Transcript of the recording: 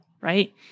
right